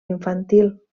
infantil